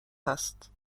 هست